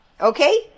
Okay